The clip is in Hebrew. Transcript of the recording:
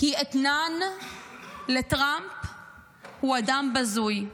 היא אתנן לטראמפ הוא אדם בזוי.